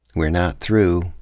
we're not through.